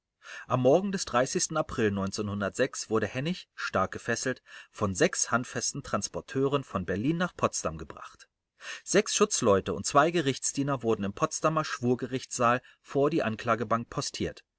am morgen des april wurde hennig stark gefesselt von sechs handfesten transporteuren von berlin nach potsdam gebracht sechs schutzleute und zwei gerichtsdiener wurden im potsdamer schwurgerichtssaal vor die anklagebank postiert